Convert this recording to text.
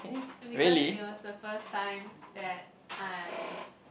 because it was the first time that I